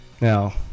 now